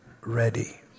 ready